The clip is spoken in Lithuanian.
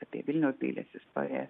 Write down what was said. apie vilniaus dailės istoriją